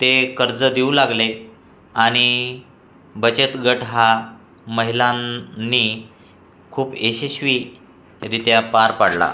ते कर्ज देऊ लागले आणि बचत गट हा महिलांनी खूप यशस्वीरीत्या पार पाडला